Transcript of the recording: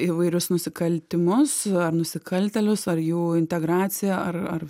įvairius nusikaltimus ar nusikaltėlius ar jų integraciją ar ar